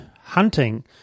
hunting